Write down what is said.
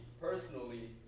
personally